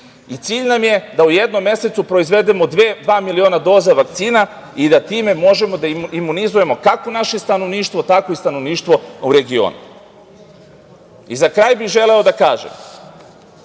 i cilj nam je da u jednom mesecu proizvedemo dva miliona doza vakcina i da time možemo da imunizujemo kako naše stanovništvo, tako i stanovništvo u regionu.Za kraj bih želeo da kažem